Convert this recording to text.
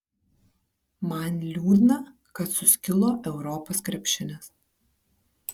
man liūdna kad suskilo europos krepšinis